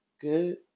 good